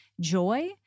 joy—